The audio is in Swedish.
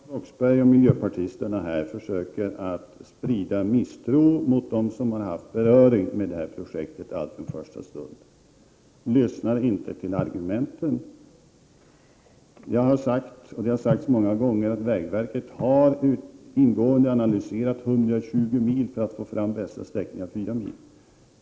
Fru talman! Avslutningsvis vill jag säga att Claes Roxbergh och miljöpartisterna försöker sprida misstro mot dem som har haft beröring med detta projekt från första stund. De lyssnar inte på argumenten. Jag har sagt, och det har sagts många gånger, att vägverket ingående har analyserat 120 mil för att få fram denna sträckning på 4 mil.